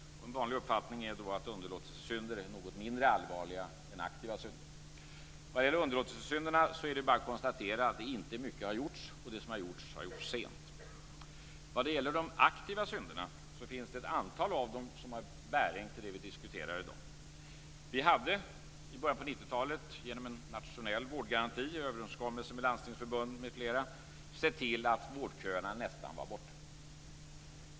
En vanlig uppfattning är då att underlåtenhetssynder är något mindre allvarliga än aktiva synder. Vad gäller underlåtenhetssynderna är det bara att konstatera att inte mycket har gjorts, och det som har gjorts har gjorts sent. Vad gäller de aktiva synderna finns det ett antal av dem som har bäring till det vi diskuterar i dag. Vi hade i början på 90-talet genom en nationell vårdgaranti, en överenskommelse med landstingsförbund m.fl., sett till att vårdköerna nästan var borta.